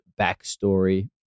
backstory